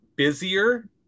busier